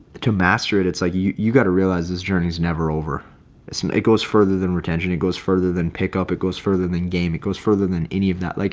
to master it. it's like you got to realize this journey is never over. so and it goes further than retention. it goes further than pickup it goes further than game. it goes further than any of that, like,